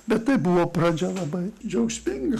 bet tai buvo pradžia labai džiaugsminga